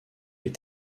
les